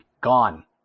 gone